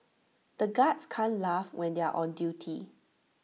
the guards can't laugh when they are on duty